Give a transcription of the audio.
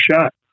shot